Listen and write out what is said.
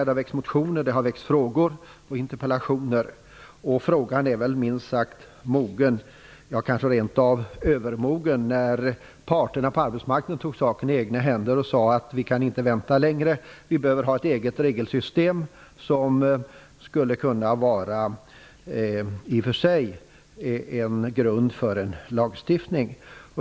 Det har väckts motioner, och frågor och interpellationer har framställts. Frågan är väl minst sagt mogen - ja, kanske rent av övermogen. Parterna på arbetsmarknaden tog ju saken i egna händer och sade: Vi kan inte vänta längre. Vi behöver ha ett eget regelsystem som i och för sig skulle kunna ligga till grund för en lagstiftning.